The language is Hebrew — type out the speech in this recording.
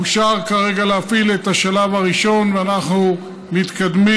אושר כרגע להפעיל את השלב הראשון, ואנחנו מתקדמים.